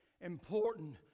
important